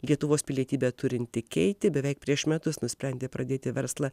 lietuvos pilietybę turinti keiti beveik prieš metus nusprendė pradėti verslą